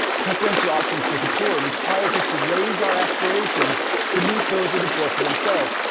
preferential option for the poor requires us to raise our aspirations to meet those of the poor for themselves.